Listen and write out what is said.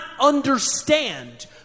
understand